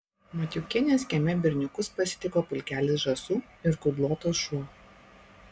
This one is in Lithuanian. matiukienės kieme berniukus pasitiko pulkelis žąsų ir kudlotas šuo